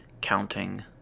counting